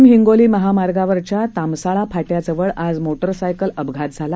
वाशिम हिगोंली महामार्गावरील तामसाळा फाट्याजवळ आज मोटर सायकल अपघात झाला